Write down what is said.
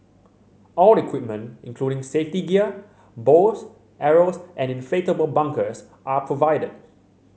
all equipment including safety gear bows arrows and inflatable bunkers are provided